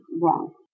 wrong